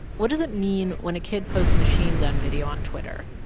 what does it mean when a kid posts machine gun video on twitter?